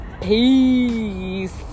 Peace